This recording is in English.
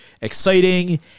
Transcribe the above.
exciting